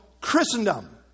Christendom